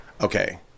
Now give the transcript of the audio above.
okay